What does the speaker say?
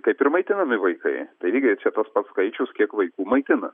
taip ir maitinami vaikai tai lygiai čia toks pats skaičius kiek vaikų maitina